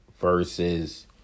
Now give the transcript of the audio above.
versus